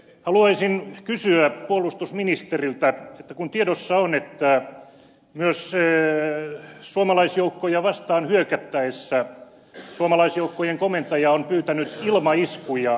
haluaisin kysyä puolustusministeriltä kun tiedossa on että myös suomalaisjoukkoja vastaan hyökättäessä suomalaisjoukkojen komentaja on pyytänyt ilmaiskuja suomalaisjoukkojen tueksi